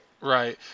Right